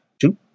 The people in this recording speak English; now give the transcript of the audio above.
two